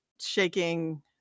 shaking